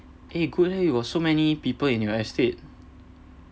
eh good leh you got so many people in your estate